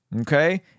Okay